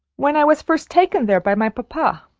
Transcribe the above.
when i was first taken there by my papa.